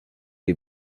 des